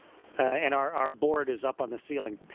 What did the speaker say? and our our board is up on the ceiling.